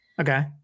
Okay